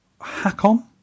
hack-on